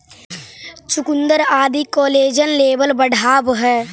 चुकुन्दर आदि collagen level बढ़ावऽ हई